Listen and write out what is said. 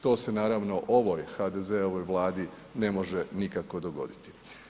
To se, naravno, ovoj HDZ-ovoj Vladi ne može nikako dogoditi.